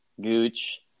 gooch